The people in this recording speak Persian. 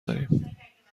داریم